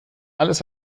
alles